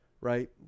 right